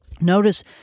Notice